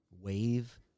wave